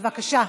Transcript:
בבקשה.